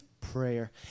prayer